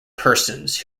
persons